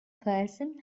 person